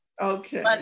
Okay